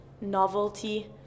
Novelty